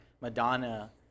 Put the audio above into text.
Madonna